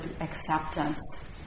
acceptance